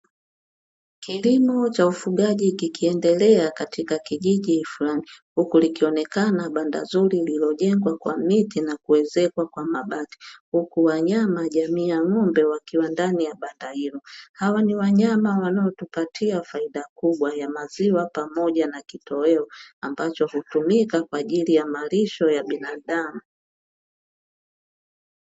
Kilimo cha ufugaji kikiendelea katika kijiji fulani, huku likionekana banda zuri lililojengwa kwa miti na kuezekwa kwa mabati. Huku wanyama jamii ya ng’ombe wakiwa katika banda hilo, hawa ni wanyama wanaotupatia faida kubwa ya maziwa pamoja na kitoweo ambacho hutumika kwa ajili ya malisho ya binadamu.